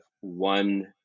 one